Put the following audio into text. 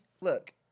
Look